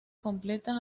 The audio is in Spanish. completas